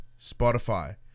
Spotify